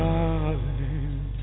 Darling